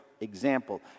example